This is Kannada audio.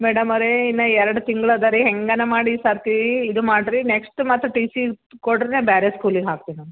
ಮೇಡಮರೇ ಇನ್ನೂ ಎರಡು ತಿಂಗ್ಳು ಅದಾ ರೀ ಹೇಗಾರ ಮಾಡಿ ಈ ಸರತಿ ಇದು ಮಾಡಿರಿ ನೆಕ್ಸ್ಟ್ ಮಾತ್ರ ಟಿ ಸಿ ಕೊಡಿರಿ ನಾ ಬೇರೆ ಸ್ಕೂಲಿಗೆ ಹಾಕ್ತೀನಿ ನಾನು